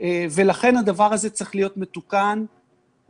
לכן הדבר הזה צריך להיות מתוקן מידית.